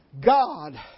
God